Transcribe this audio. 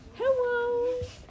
Hello